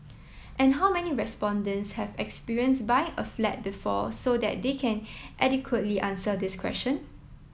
and how many respondents have experience buying a flat before so that they can adequately answer this question